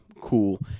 Cool